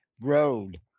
road